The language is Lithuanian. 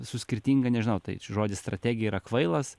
su skirtinga nežinau tai žodis strategija yra kvailas